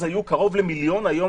אז היו קרוב למיליון, היום